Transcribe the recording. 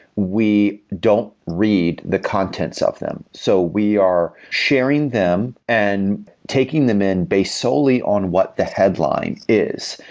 we don't read the contents of them. so we are sharing them and taking them in based solely on what the headline is.